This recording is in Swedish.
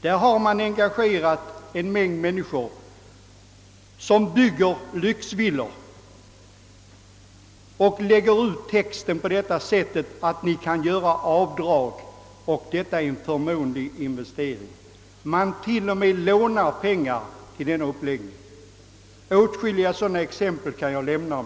Där har man engagerat en mängd människor för att bygga lyxvillor, och den villige villabyggaren lägger ut texten så, att eftersom man får göra avdrag för räntor är det en förmånlig investering. Byggaren till och med lånar ut pengar till spekulanter på bygget. Åtskilliga sådana exempel kan jag nämna.